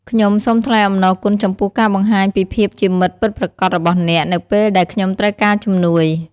ខ្ញុំសូមថ្លែងអំណរគុណចំពោះការបង្ហាញពីភាពជាមិត្តពិតប្រាកដរបស់អ្នក នៅពេលដែលខ្ញុំត្រូវការជំនួយ។